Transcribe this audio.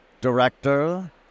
director